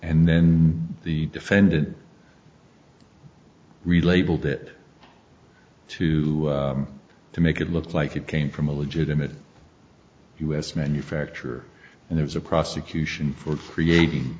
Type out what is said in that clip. and then the defendant relabeled it too to make it look like it came from a legitimate u s manufacturer and there was a prosecution for creating